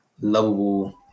lovable